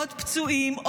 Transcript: עוד פצועים,